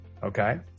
Okay